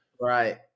right